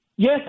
Yes